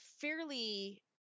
fairly